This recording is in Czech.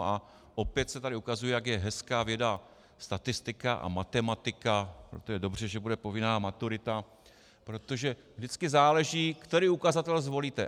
A opět se tady ukazuje, jak je hezká věda, statistika a matematika, je dobře, že bude povinná maturita, protože vždycky záleží na tom, který ukazatel zvolíte.